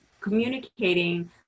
communicating